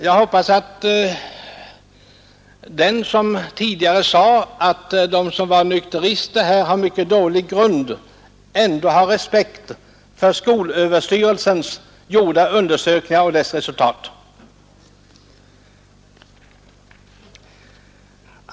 Jag hoppas att den som tidigare sade att de som var nykterister har mycket dålig grund ändå har respekt för skolöverstyrelsens gjorda undersökningar och resultatet av dem.